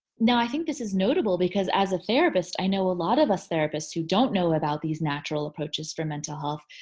now, i think this is notable because as a therapist i know a lot of us therapists who don't know about these natural approaches for mental health.